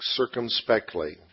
circumspectly